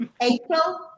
April